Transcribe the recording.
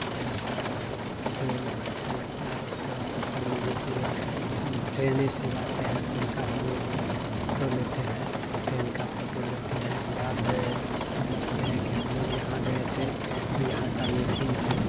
अच्छा अच्छा फोटो अच्छा लगता है उसके बाद सफर में जैसे ट्रेनें से जाते हैं तो जैसे उसका हम लोग फोटो लेते हैं ट्रैन का फोटो लेते हैं याद रखते हैं कि हम लोग यहाँ गए थे तो यहाँ का ये सीन है